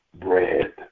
bread